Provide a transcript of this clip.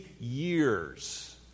years